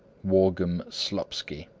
worgum slupsky